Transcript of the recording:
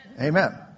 Amen